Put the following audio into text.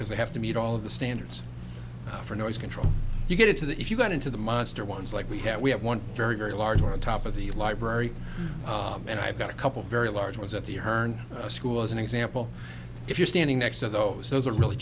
because they have to meet all of the standards for noise control you get into that if you got into the monster ones like we have we have one very very large on top of the library and i've got a couple very large ones at the herne school as an example if you're standing next to those those are really